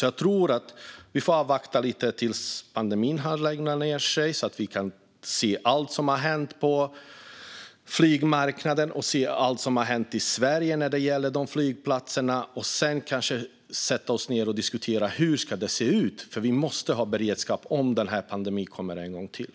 Jag tror att vi får avvakta lite tills pandemin har lugnat ned sig, så vi kan se allt som har hänt på flygmarknaden i Sverige när det gäller de regionala flygplatserna. Sedan kanske vi kan sätta oss ned och diskutera hur det här ska se ut, för vi måste ha beredskap om pandemin kommer en gång till.